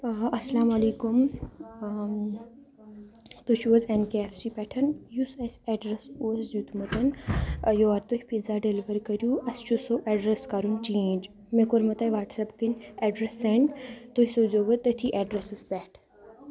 اَسلام علیکُم تُہۍ چھِو حظ ایٚن کے ایٚف سی پیٚٹھ یُس اَسہِ ایٚڈرس اوس دیُتمُتن یور تُہۍ پِزا ڈیٚلِور کٔرِو اَسہِ چھُ سُہ ایٚڈرَس کَرُن چینٛج مےٚ کوٚرمو تۄہہِ وَٹسایٚپ کِنۍ ایٚڈرَس سیٚنٛڈ تُہۍ سوٗزِو وٕ تٔتھی ایٚڈرَسَس پیٚٹھ